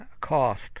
cost